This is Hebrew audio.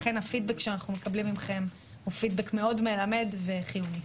לכן הפידבק שאנחנו מקבלים מכם הוא פידבק מאוד מלמד וחיוני.